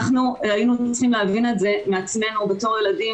אנחנו היינו צריכים להבין את זה מעצמנו בתור ילדים,